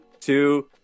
two